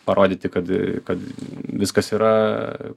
parodyti kad kad viskas yra